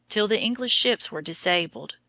till the english ships were disabled,